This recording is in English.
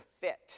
fit